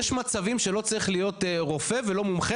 יש מצבים שלא צריך להיות רופא ולא מומחה